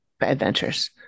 Adventures